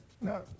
No